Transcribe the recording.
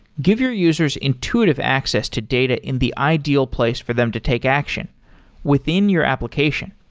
give your users intuitive access to data in the ideal place for them to take action within your application.